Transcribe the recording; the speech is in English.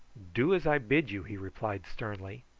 do as i bid you, he replied sternly.